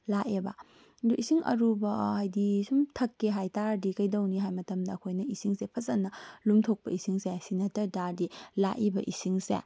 ꯂꯥꯛꯑꯦꯕ ꯑꯗꯨ ꯏꯁꯤꯡ ꯑꯔꯨꯕ ꯍꯥꯏꯕꯗꯤ ꯑꯁꯨꯝ ꯊꯛꯀꯦ ꯍꯥꯏꯕꯇꯔꯗꯤ ꯀꯩꯗꯧꯅꯤ ꯍꯥꯏ ꯃꯇꯝꯗ ꯑꯩꯈꯣꯏꯅ ꯏꯁꯤꯡꯁꯦ ꯐꯖꯅ ꯂꯨꯝꯊꯣꯛꯄ ꯏꯁꯤꯡꯁꯦ ꯁꯤ ꯅꯠꯇꯥꯕꯇꯥꯔꯗꯤ ꯂꯥꯛꯏꯕ ꯏꯁꯤꯡꯁꯦ